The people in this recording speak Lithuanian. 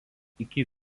iki